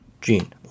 Gene